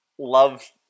Love